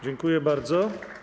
Dziękuję bardzo.